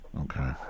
Okay